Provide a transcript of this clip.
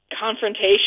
confrontation